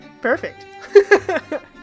perfect